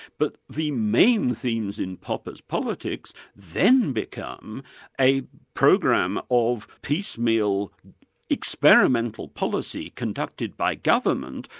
but the main themes in popper's politics, then become a program of piecemeal experimental policy conducted by government,